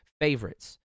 favorites